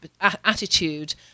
attitude